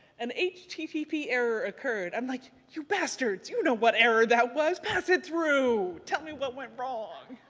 an http error occurred. i'm like, you bastards, you know what error that was pass it through. tell me what went wrong.